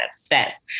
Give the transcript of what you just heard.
obsessed